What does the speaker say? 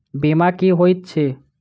बीमा की होइत छी?